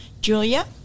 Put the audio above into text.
Julia